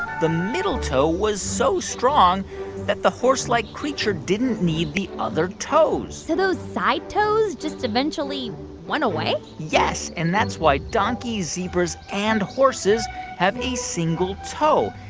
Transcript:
the middle toe was so strong that the horse-like creature didn't need the other toes so those side toes just eventually went away? yes. and that's why donkeys, zebras and horses have a single toe.